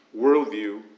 worldview